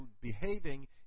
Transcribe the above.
behaving